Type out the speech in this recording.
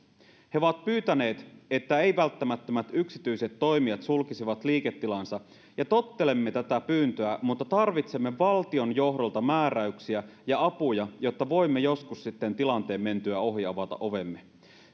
he ovat pyytäneet että ei välttämättömät yksityiset toimijat sulkisivat liiketilansa ja tottelemme tätä pyyntöä mutta tarvitsemme valtionjohdolta määräyksiä ja apuja jotta voimme joskus sitten tilanteen mentyä ohi avata ovemme